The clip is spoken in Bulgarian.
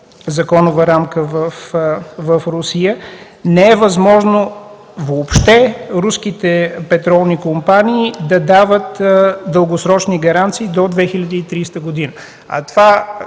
законова рамка в Русия, не е възможно въобще руските петролни компании да дават дългосрочни гаранции до 2030 г.